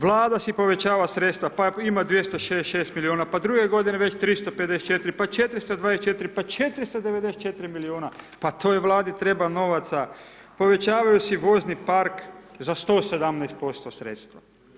Vlada si povećava sredstva, pa ima 266 milijuna, pa druge godine već 354, pa 424, pa 494 milijuna, pa toj Vladi treba novaca, povećavaju si vozni park za 117% sredstva.